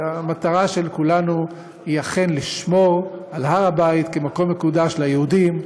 המטרה של כולנו היא אכן לשמור על הר הבית כמקום מקודש ליהודים,